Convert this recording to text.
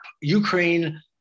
Ukraine